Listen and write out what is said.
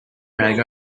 bag